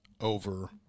over